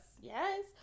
Yes